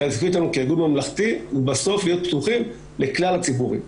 כי האסטרטגיה שלנו כגוף ממלכתי הוא בסוף להיות פתוחים לכלל הציבורים,